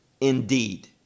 indeed